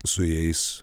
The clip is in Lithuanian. su jais